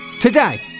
today